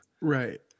right